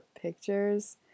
pictures